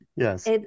Yes